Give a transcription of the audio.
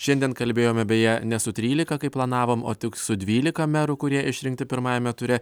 šiandien kalbėjome beje ne su trylika kaip planavom o tik su dvylika merų kurie išrinkti pirmajame ture